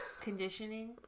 conditioning